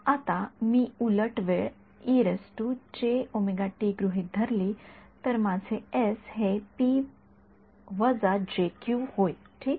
आता मी उलट वेळ गृहीत धरली तर माझे S हे होईल ठीक